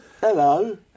Hello